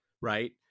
right